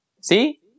see